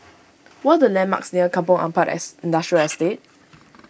what the landmarks near Kampong Ampat Industrial Estate